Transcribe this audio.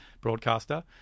broadcaster